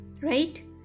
Right